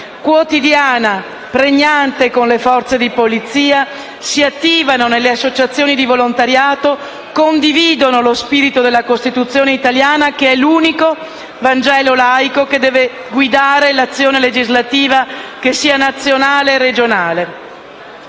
quotidiana e pregnante con le forze di polizia, si attivano nelle associazioni di volontariato e condividono lo spirito della Costituzione italiana, che è l'unico Vangelo laico che deve guidare l'azione legislativa sia nazionale che regionale.